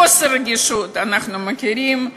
חוסר רגישות אנחנו מכירים,